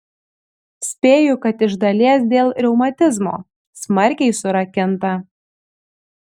spėju kad iš dalies dėl reumatizmo smarkiai surakinta